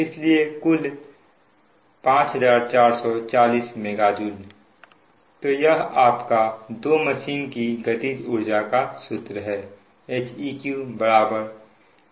इसलिए कुल 5440 MJ तो यह आपका दो मशीन की गतिज ऊर्जा का सूत्र है